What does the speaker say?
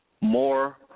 More